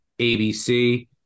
ABC